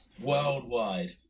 worldwide